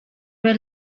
were